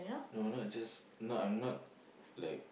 no not just no I'm not like